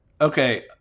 okay